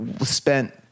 spent